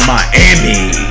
Miami